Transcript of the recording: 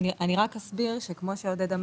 15% זה לא באופן קבוע זה ניתן רק בזמן הקורונה,